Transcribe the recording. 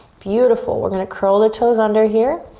beautiful, we're gonna curl the toes under here.